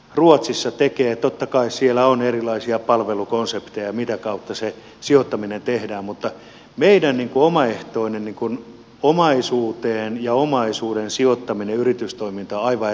ruotsissa totta kai on erilaisia palvelukonsepteja mitä kautta se sijoittaminen tehdään mutta meidän omaehtoinen sijoittaminen ja omaisuuden sijoittaminen yritystoimintaan on aivan erilaista